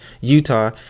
Utah